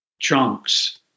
chunks